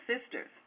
sisters